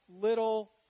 little